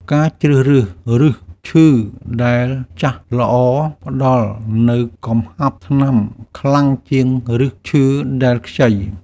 ការជ្រើសរើសឫសឈើដែលចាស់ល្អ ផ្តល់នូវកំហាប់ថ្នាំខ្លាំងជាងឫសឈើដែលខ្ចី។